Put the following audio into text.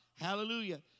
Hallelujah